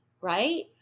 right